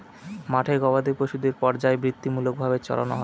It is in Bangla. মাঠে গোবাদি পশুদের পর্যায়বৃত্তিমূলক ভাবে চড়ানো হয়